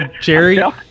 Jerry